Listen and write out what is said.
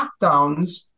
lockdowns